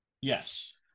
yes